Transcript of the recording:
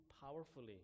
powerfully